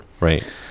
right